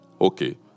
Okay